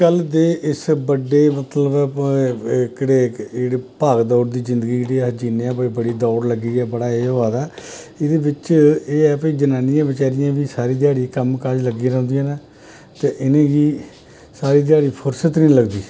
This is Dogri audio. अज्जकल दे इस बड्डे मतलब एह्कड़े भाग दौड़ दी जिंदगी जेह्ड़ी अस जीने आं एह् बड़ी दौड़ लग्गी दी ऐ बड़ा एह् होआ दा ऐ एह्दे बिच एह् ऐ भई जनानियें बचैरियें बी सारी ध्याड़ी कम्म काज लग्गी रौहंदियां न ते इ'नें गी सारी ध्याड़ी फुरसत गै निं लगदी